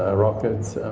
ah rockets,